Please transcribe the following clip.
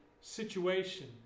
situation